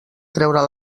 treure